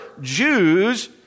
Jews